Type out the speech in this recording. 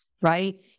right